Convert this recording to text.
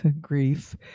grief